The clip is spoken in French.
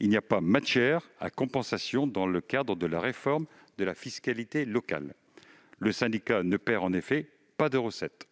il n'y a pas matière à compensation dans le cadre de la réforme de la fiscalité locale. En effet, le syndicat ne perd pas de recettes.